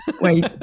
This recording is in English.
wait